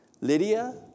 Lydia